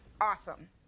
awesome